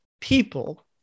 people